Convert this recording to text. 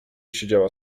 siedziała